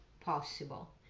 possible